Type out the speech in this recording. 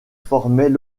formaient